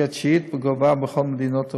והיא התשיעית בגובהה בכל מדינות הארגון.